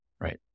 right